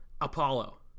Apollo